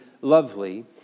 lovely